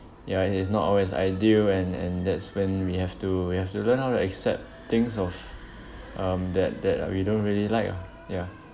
ya it is not always ideal and and that's when we have to we have to learn how to accept things of um that that we don't really like lah ya